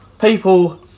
People